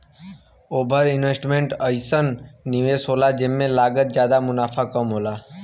over investment अइसन निवेस होला जेमे लागत जादा मुनाफ़ा कम होला